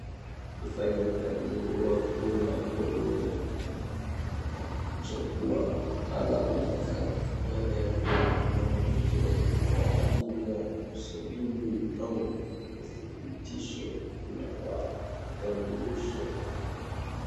Mfanyakazi wa huduma kwenye akichukuwa alama za vidole vya mwanamke kwa ajili usajili au upitisho na wa utambulisho.